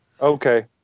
Okay